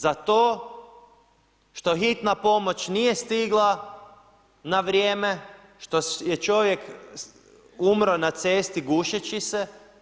Zato što hitna pomoć nije stigla na vrijeme, što je čovjek umro na cesti gušeći se.